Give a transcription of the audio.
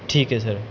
ਠੀਕ ਹੈ ਸਰ